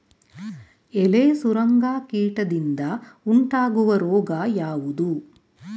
ಎಲೆ ಸುರಂಗ ಕೀಟದಿಂದ ಉಂಟಾಗುವ ರೋಗ ಯಾವುದು?